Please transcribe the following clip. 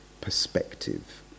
perspective